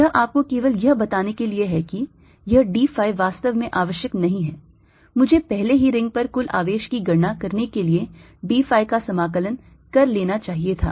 यह आपको केवल यह बताने के लिए है कि यह d phi वास्तव में आवश्यक नहीं है मुझे पहले ही रिंग पर कुल आवेश की गणना करने के लिए d phi का समाकलन कर लेना चाहिए था